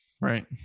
Right